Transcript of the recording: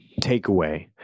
takeaway